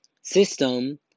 system